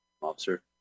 Officer